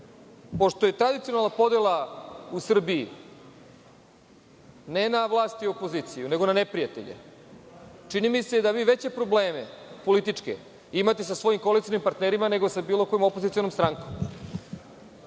pošto je tradicionalna podela u Srbiji, ne na vlast i opoziciju, nego na neprijatelje. Čini mi se da vi veće probleme političke imate sa svojim koalicionim partnerima, nego sa bilo kojom opozicionom strankom.